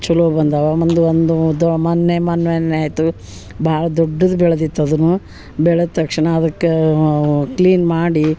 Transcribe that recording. ಚಲೊ ಬಂದಾವು ಬಂದು ಒಂದು ದೊ ಮೊನ್ನೆ ಮೊನ್ ಮೊನ್ನೆ ಆಯಿತು ಭಾಳ್ ದೊಡ್ದುದ ಬೆಳ್ದಿತ್ತು ಅದುನು ಬೆಳದ ತಕ್ಷಣ ಅದಕ್ಕೆ ಕ್ಲೀನ್ ಮಾಡಿ